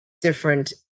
different